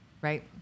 right